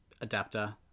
adapter